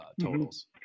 totals